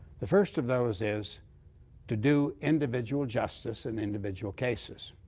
the first of those is to do individual justice in individual cases.